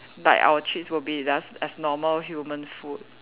like our treats will be just as normal human food